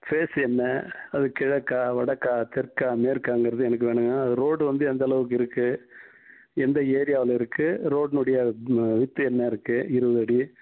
face என்ன அது கிழக்கா வடக்கா தெற்கா மேற்காங்கிறது எனக்கு வேணுங்க அது ரோடு வந்து எந்த அளவுக்கு இருக்குது எந்த ஏரியாவில் இருக்குது ரோட்டினுடைய வித் என்ன இருக்குது இருபது அடி